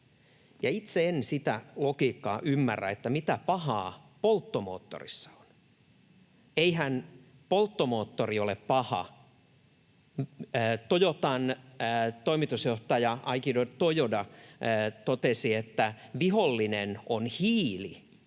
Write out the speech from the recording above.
Itse en sitä logiikkaa ymmärrä, että mitä pahaa polttomoottorissa on. Eihän polttomoottori ole paha. Toyotan toimitusjohtaja Akio Toyoda totesi, että vihollinen on hiili,